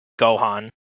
Gohan